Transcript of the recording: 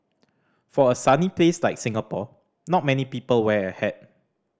for a sunny place like Singapore not many people wear a hat